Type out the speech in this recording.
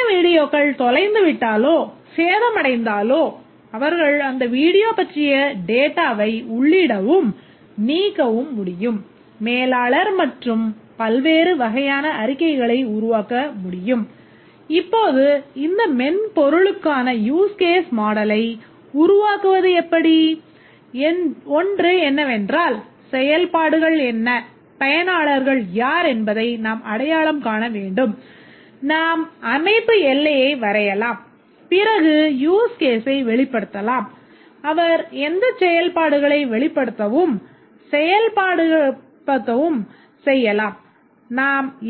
சில வீடியோக்கள் தொலைந்துவிட்டாலோ சேதமடைந்தாலோ அவர்கள் அந்த வீடியோ பற்றிய தரவு ஐகானை